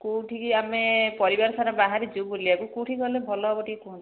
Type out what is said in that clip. କେଉଁଠିକୁ ଆମେ ପରିବାରସାରା ବାହାରିଛୁ ବୁଲିବାକୁ କେଉଁଠି ଗଲେ ଭଲ ହେବ ଟିକେ କୁହନ୍ତୁ